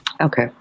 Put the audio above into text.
okay